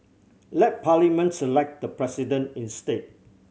let Parliament select the President instead